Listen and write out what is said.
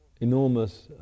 enormous